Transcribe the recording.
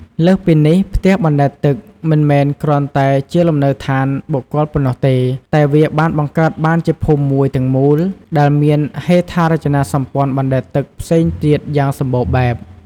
លើសពីនេះ ផ្ទះបណ្ដែតទឹកមិនមែនគ្រាន់តែជាលំនៅឋានបុគ្គលប៉ុណ្ណោះទេ តែវាបានបង្កើតបានជាភូមិមួយទាំងមូល ដែលមានហេដ្ឋារចនាសម្ព័ន្ធបណ្ដែតទឹកផ្សេងទៀតយ៉ាងសម្បូរបែប។